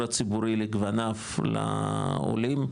הדיור הציבורי לגווניו לעולים,